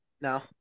No